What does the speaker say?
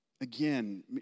Again